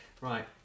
Right